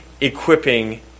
equipping